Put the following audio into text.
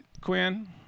Quinn